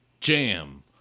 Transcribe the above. Jam